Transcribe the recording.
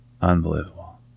Unbelievable